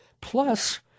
plus